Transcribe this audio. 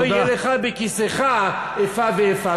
לא יהיו לך בכיסיך איפה ואיפה.